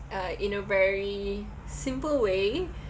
uh in a very simple way